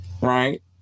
Right